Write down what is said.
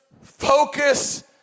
focus